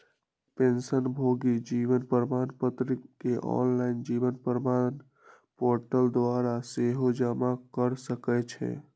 पेंशनभोगी जीवन प्रमाण पत्र के ऑनलाइन जीवन प्रमाण पोर्टल द्वारा सेहो जमा कऽ सकै छइ